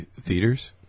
theaters